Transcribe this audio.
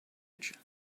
age